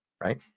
right